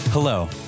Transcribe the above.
Hello